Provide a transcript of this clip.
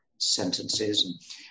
sentences